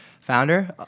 founder